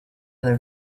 other